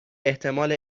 احتمال